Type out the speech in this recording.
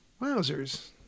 Wowzers